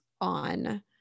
on